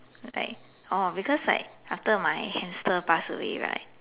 like oh because like after my hamster passed away right